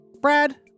brad